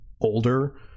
older